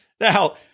Now